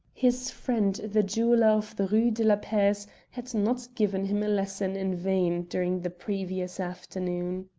his friend the jeweller of the rue de la paix had not given him a lesson in vain during the previous afternoon.